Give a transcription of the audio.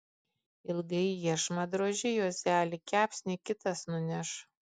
ilgai iešmą droži juozeli kepsnį kitas nuneš